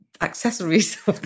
accessories